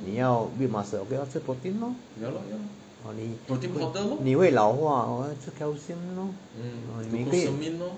你要 build muscle okay lor 吃 protein lor 你会老化吃 calcium lor